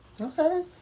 Okay